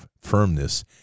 firmness